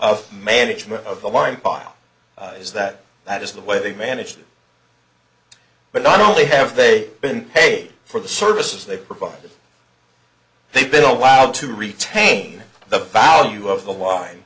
of management of the line pile is that that is the way they've managed but not only have they been paid for the services they provide they've been allowed to retain the value of the line